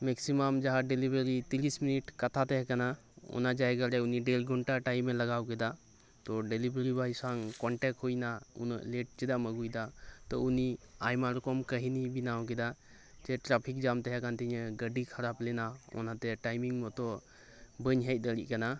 ᱢᱮᱠᱥᱤ ᱢᱟᱢ ᱡᱟᱦᱟᱸ ᱰᱮᱞᱤᱵᱷᱟᱨᱤ ᱛᱤᱨᱤᱥ ᱢᱤᱱᱤᱴ ᱠᱟᱛᱷᱟ ᱛᱟᱦᱮᱸ ᱠᱟᱱᱟ ᱚᱱᱟ ᱡᱟᱭᱜᱟᱨᱮ ᱩᱱᱤ ᱰᱮᱲ ᱜᱷᱚᱱᱴᱟ ᱴᱟᱭᱤᱢᱮ ᱞᱟᱜᱟᱣ ᱠᱮᱫᱟ ᱛᱚ ᱰᱮᱞᱤᱵᱷᱟᱨᱤ ᱵᱚᱭ ᱥᱟᱝ ᱠᱚᱱᱴᱮᱠ ᱦᱩᱭ ᱮᱱᱟ ᱩᱱᱟᱹᱜ ᱞᱮᱴ ᱪᱮᱫᱟᱜ ᱮᱢ ᱟᱜᱩᱭ ᱮᱫᱟ ᱛᱚ ᱩᱱᱤ ᱟᱭᱢᱟ ᱨᱚᱠᱚᱢ ᱠᱟᱹᱦᱤᱱᱤᱭ ᱵᱮᱱᱟᱣ ᱠᱮᱫᱟ ᱡᱮ ᱴᱨᱟᱯᱷᱤᱠ ᱡᱟᱢ ᱛᱟᱦᱮᱸ ᱠᱟᱱᱟ ᱜᱟᱹᱰᱤ ᱠᱷᱟᱨᱟᱯ ᱞᱮᱱᱟ ᱚᱱᱟ ᱛᱮ ᱴᱟᱭᱤᱢ ᱢᱚᱛᱚ ᱵᱟᱹᱧ ᱦᱮᱡ ᱫᱟᱲᱮᱭᱟᱜ ᱠᱟᱱᱟ